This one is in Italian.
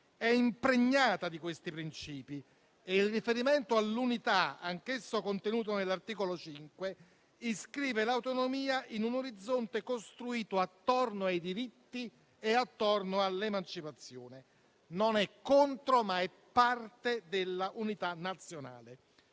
È impregnata di questi principi e il riferimento all'unità, anch'esso contenuto nell'articolo 5, inscrive l'autonomia in un orizzonte costruito attorno ai diritti e attorno all'emancipazione. Non è contro, ma è parte dell'unità nazionale: